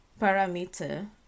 parameter